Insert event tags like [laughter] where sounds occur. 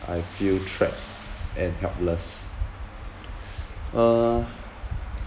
I feel trapped and helpless [noise] uh